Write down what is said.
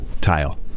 tile